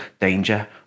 danger